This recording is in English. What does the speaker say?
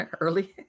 early